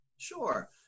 Sure